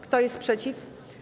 Kto jest przeciw?